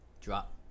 drop